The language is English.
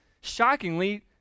shockingly